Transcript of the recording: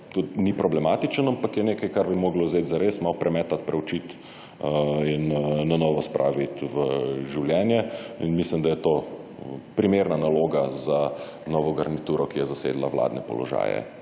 ni problematičen, ampak je nekaj, kar bi mogli(?) vzet za res, mal premetat, preučit in na novo spravit v življenje in mislim, da je to primerna naloga za novo garnituro, ki je zasedla vladne položaje